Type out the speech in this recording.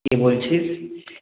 কে বলছিস